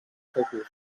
cocos